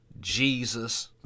Jesus